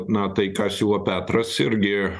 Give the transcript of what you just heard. na tai ką siūlo petras irgi